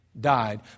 died